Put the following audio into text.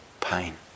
pain